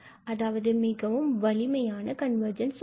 அதாவது மிகவும் வலிமையான கன்வர்ஜென்ஸ் உள்ளது